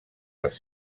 les